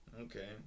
Okay